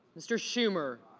mr. schumer